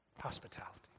hospitality